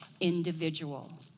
individual